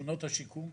שכונות השיקום.